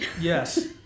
Yes